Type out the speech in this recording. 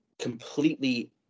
completely